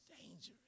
dangerous